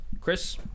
Chris